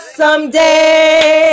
someday